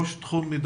ראש תחום מידע,